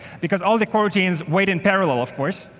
because all the coroutines wait in parallel, of course.